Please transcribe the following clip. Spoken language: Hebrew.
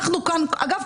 אגב,